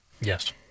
Yes